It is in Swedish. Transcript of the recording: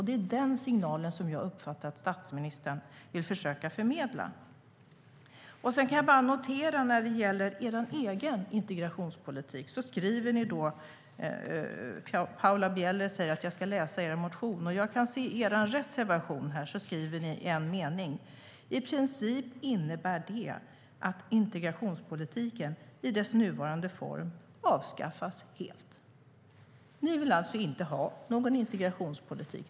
Det är den signalen som jag uppfattade att statsministern ville förmedla. Ni vill alltså inte ha någon integrationspolitik.